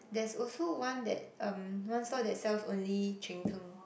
there's also one that um one store that sells only Cheng-Teng